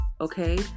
Okay